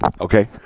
okay